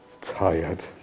tired